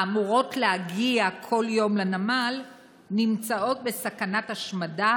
האמורות להגיע כל יום לנמל, נמצאות בסכנת השמדה